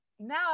now